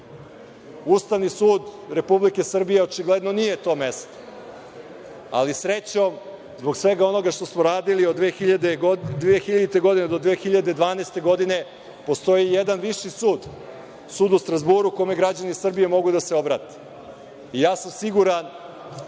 Ustavni sud Republike Srbije očigledno nije to mesto, ali, srećom, zbog svega onoga što smo radili od 2000. do 2012. godine postoji jedan viši sud, Sud u Strazburu kome građani Srbije mogu da se obrate. Siguran